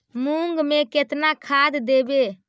मुंग में केतना खाद देवे?